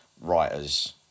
writers